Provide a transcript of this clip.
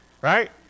Right